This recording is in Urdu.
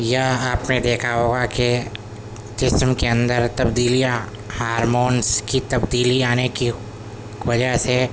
یا آپ نے دیکھا ہوگا کہ جسم کے اندر تبدیلیاں ہارمونس کی تبدیلی آنے کی وجہ سے